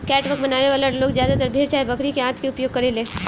catgut बनावे वाला लोग ज्यादातर भेड़ चाहे बकरी के आंत के उपयोग करेले